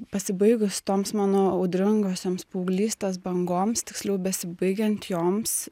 pasibaigus toms mano audringosioms paauglystės bangoms tiksliau besibaigiant joms